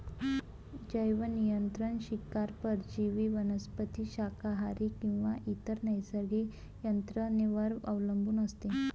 जैवनियंत्रण शिकार परजीवी वनस्पती शाकाहारी किंवा इतर नैसर्गिक यंत्रणेवर अवलंबून असते